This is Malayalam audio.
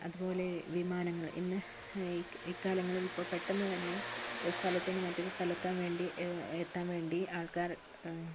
അതുപോലെ വിമാനങ്ങൾ ഇന്ന് ഈ ഈ കാലങ്ങളിൽ ഇപ്പോൾ പെട്ടെന്ന് തന്നെ ഒരു സ്ഥലത്ത് നിന്ന് മറ്റൊരു സ്ഥലത്തെത്താൻ വേണ്ടി എത്താൻ വേണ്ടി ആൾക്കാർ